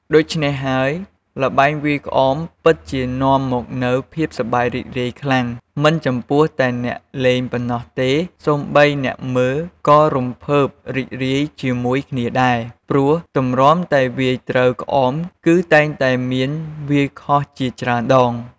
ដូច្នេះហើយ ល្បែងវាយក្អមពិតជានាំមកនូវភាពសប្បាយរីករាយខ្លាំង មិនចំពោះតែអ្នកលេងប៉ុណ្ណោះទេ សូម្បីអ្នកមើលក៏រំភើបរីករាយជាមួយគ្នាដែរ ព្រោះទម្រាំតែវាយត្រូវក្អមគឺ តែងតែមានវាយខុសជាច្រើនដង។